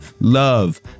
love